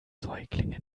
säuglinge